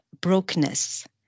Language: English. brokenness